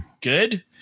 good